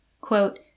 Quote